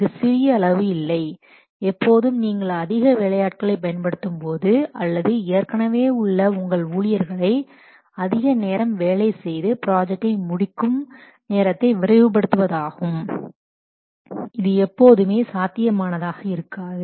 இது சிறிய அளவு இல்லை எப்போதும் நீங்கள் அதிக வேலையாட்களை பயன்படுத்தும் போது அல்லது ஏற்கனவே உள்ள உங்கள் ஊழியர்களை அதிக நேரம் வேலை செய்து ப்ராஜெக்டை முடிக்கும் நேரத்தை விரைவு படுத்துவதாகும் இது எப்போதுமே சாத்தியமானதாக இருக்காது